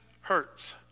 hurts